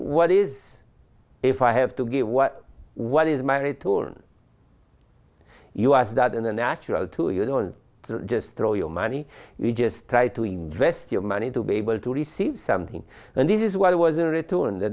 what is if i have to give what is married to you as that in a natural to you don't just throw your money you just try to invest your money to be able to receive something and this is why wasn't returned the